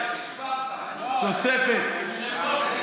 תוספת, תוספת.